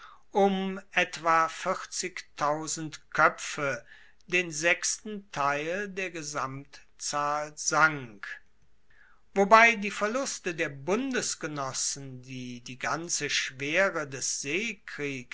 um etwa koepfe den sechsten teil der gesamtzahl sank wobei die verluste der bundesgenossen die die ganze schwere des